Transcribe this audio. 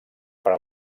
per